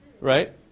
Right